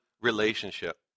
relationship